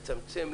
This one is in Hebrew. לצמצם,